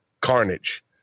carnage